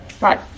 Right